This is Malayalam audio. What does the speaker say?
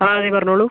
ആ അതെ പറഞ്ഞോളൂ